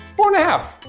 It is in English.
four and a half.